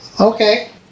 Okay